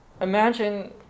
imagine